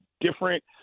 different